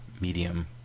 medium